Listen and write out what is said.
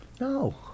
No